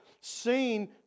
seen